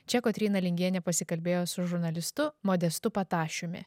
čia kotryna lingienė pasikalbėjo su žurnalistu modestu patašiumi